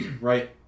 right